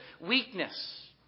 weakness